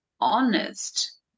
honest